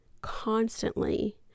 constantly